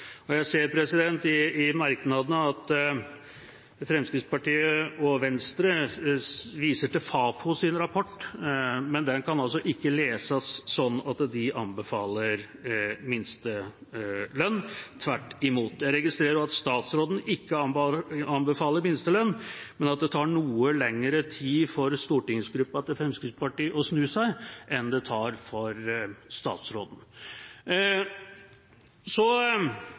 minstelønnen. Jeg ser i merknadene at Fremskrittspartiet og Venstre viser til Fafos rapport, men den kan altså ikke leses slik at de anbefaler minstelønn – tvert imot. Jeg registrerer at statsråden ikke anbefaler minstelønn, men at det tar noe lengre tid for stortingsgruppa til Fremskrittspartiet å snu seg enn det tar for statsråden. Apropos det å snu seg er det for så